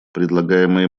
предлагаемые